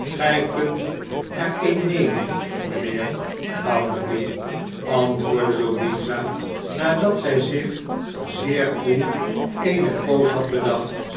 gij kunt er een nemen mijnheer bounderby antwoordde louisa nadat zij zich zeer koel eene poos had bedacht